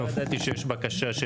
לא ידעתי שיש בקשה.